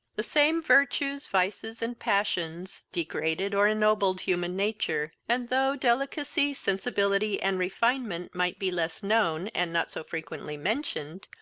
the same virtues, vices, and passions, degraded or ennobled human nature and, though delicacy, sensibility, and refinement might be less known, and not so frequently mentioned,